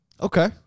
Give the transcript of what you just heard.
Okay